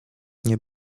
nie